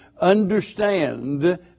understand